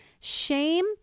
shame